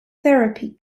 therapy